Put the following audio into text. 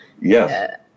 yes